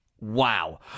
Wow